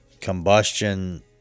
combustion